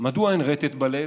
מדוע אין רטט בלב?